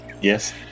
Yes